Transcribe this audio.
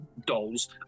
dolls